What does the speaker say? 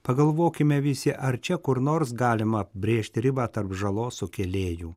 pagalvokime visi ar čia kur nors galima brėžti ribą tarp žalos sukėlėjų